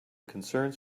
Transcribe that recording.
concerns